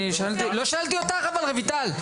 לא שאלתי אותך, רויטל.